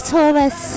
Taurus